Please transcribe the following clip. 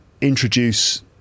introduce